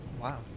Wow